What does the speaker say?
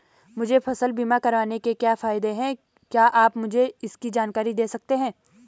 मुझे फसल बीमा करवाने के क्या फायदे हैं क्या आप मुझे इसकी जानकारी दें सकते हैं?